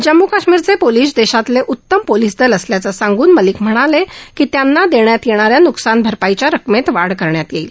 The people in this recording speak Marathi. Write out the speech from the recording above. जम्मू आणि काश्मीरचे पोलीस हे देशातले उतम पोलीस दल असल्याचं सांगून मलिक म्हणाले की त्यांना देण्यात येणा या नुकसान भरपाईच्या रकमेत वाढ करण्यात येईल